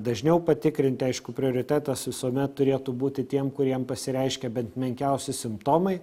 dažniau patikrinti aišku prioritetas visuomet turėtų būti tiem kuriem pasireiškia bent menkiausi simptomai